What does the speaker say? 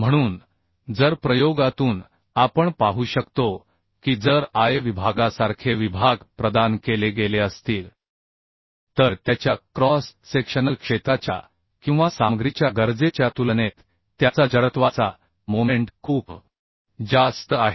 म्हणून जर प्रयोगातून आपण पाहू शकतो की जर I विभागासारखे विभाग प्रदान केले गेले असतील तर त्याच्या क्रॉस सेक्शनल क्षेत्राच्या किंवा सामग्रीच्या गरजेच्या तुलनेत त्याचा जडत्वाचा मोमेंट खूप जास्त आहे